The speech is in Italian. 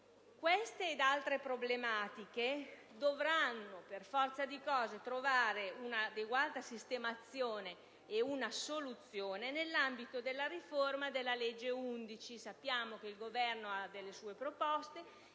Queste ed altre problematiche dovranno, per forza di cose, trovare un'adeguata sistemazione e una soluzione nell'ambito della riforma della legge n. 11 del 2005. Sappiamo che il Governo ha sue proposte